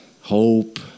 hope